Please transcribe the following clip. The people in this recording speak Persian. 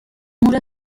امور